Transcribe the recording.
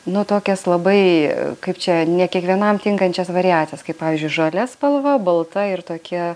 nuo tokias labai kaip čia ne kiekvienam tinkančias variacijas kaip pavyzdžiui žalia spalva balta ir tokia